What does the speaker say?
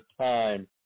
time